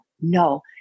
No